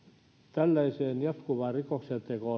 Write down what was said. tällaisesta jatkuvasta rikoksenteosta